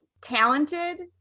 talented